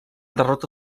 derrota